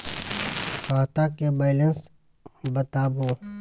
खाता के बैलेंस बताबू?